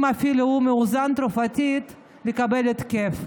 אפילו אם הוא מאוזן תרופתית, לקבל התקף.